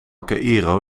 caïro